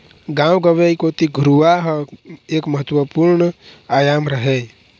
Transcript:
गाँव गंवई कोती घुरूवा ह एक महत्वपूर्न आयाम हरय